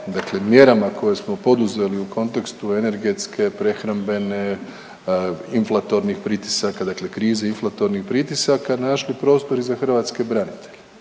mjerama koje smo poduzeli u kontekstu energetske, prehrambene, inflatornih pritisaka, dakle krize inflatornih